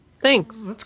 thanks